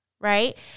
Right